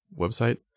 website